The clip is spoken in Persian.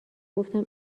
گفتم